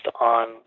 on